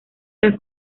las